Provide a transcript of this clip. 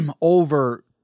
over